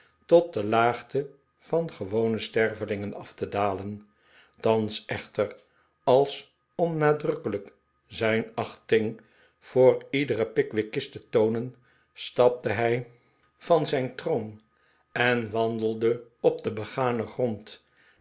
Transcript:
tot de laagte van gewone stervelingen af te dalen thans echter als om nadrukkelijk zijn achting voor iederen pickwickist te toonen stapte hij van zijn troon en wandelde op den beganen grond